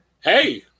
hey